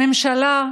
האופוזיציה,